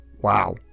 Wow